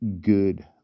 good